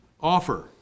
offer